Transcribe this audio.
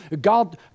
God